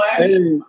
hey